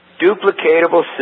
Duplicatable